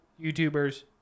YouTubers